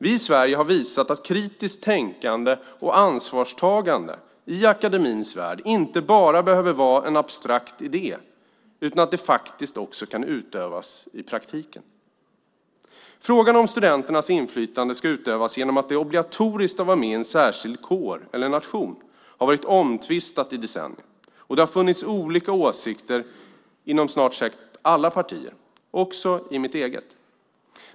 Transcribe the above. Vi i Sverige har visat att kritiskt tänkande och ansvarstagande i akademins värld inte bara behöver vara en abstrakt idé, utan att det faktiskt också kan utövas i praktiken. Frågan om studenternas inflytande ska utövas genom att det är obligatoriskt att vara med i en särskild kår eller nation har varit omtvistad i decennier. Och det har funnits olika åsikter inom snart sagt alla partier, också i mitt eget.